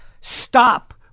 Stop